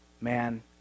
man